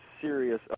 serious